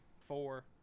four